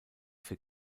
für